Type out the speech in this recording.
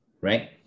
right